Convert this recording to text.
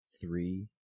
three